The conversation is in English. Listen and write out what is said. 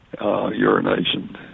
urination